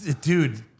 dude